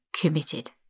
committed